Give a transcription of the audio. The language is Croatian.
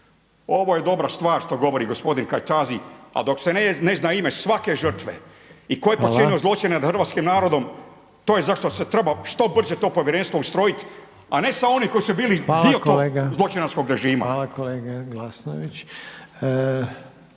Ovo je dobra stvar što govori gospodin Kajtazi, a dok se ne zna ime svake žrtve i tko je počinio zločine nad hrvatskim narodom … /Upadica Reiner: Hvala./ … to je zašto se treba što brže to povjerenstvo ustrojit, a ne sa onim koji su bili dio tog zločinačkog režima. … /Upadica